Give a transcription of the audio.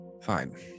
Fine